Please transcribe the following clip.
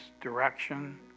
direction